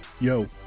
Yo